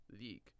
league